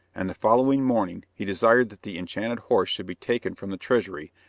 and the following morning he desired that the enchanted horse should be taken from the treasury,